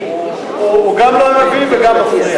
הוא גם לא מביא וגם מפריע.